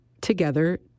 together